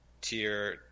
tier